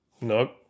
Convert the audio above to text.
Nope